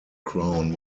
crown